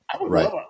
Right